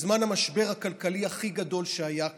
בזמן המשבר הכלכלי הכי גדול שהיה כאן,